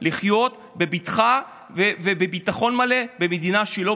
לחיות בבטחה ובביטחון מלא במדינה שלו,